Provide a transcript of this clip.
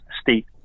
state